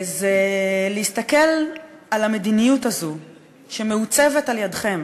זה להסתכל על המדיניות הזו שמעוצבת על-ידיכם.